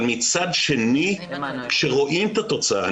אבל מצד שני כשרואים את התוצאה,